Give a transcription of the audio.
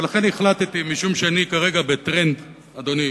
ולכן החלטתי, משום שאני כרגע בטרנד, אדוני,